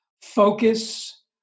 focus